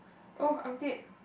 oh I'm dead